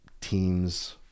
teams